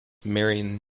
marion